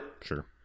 Sure